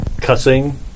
cussing